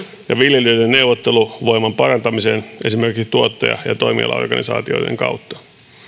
ja viljelijöiden neuvotteluvoiman parantamiseen esimerkiksi tuottaja ja toimialaorganisaatioiden kautta